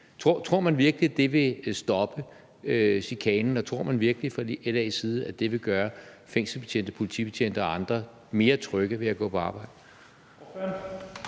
Tror man virkelig, at det vil stoppe chikanen, og tror man virkelig fra LA's side, at det vil gøre fængselsbetjente, politibetjente og andre mere trygge ved at gå på arbejde?